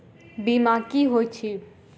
बीमा की होइत छी?